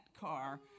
car